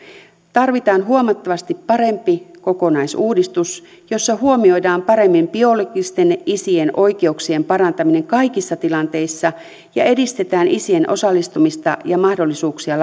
tarvitaan huomattavasti parempi kokonaisuudistus jossa huomioidaan paremmin biologisten isien oikeuksien parantaminen kaikissa tilanteissa ja edistetään isien osallistumista ja mahdollisuuksia